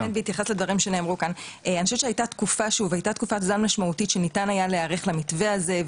אני חושבת שהייתה תקופת זעם משמעותית שניתן היה להיערך למתווה הזה,